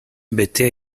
betea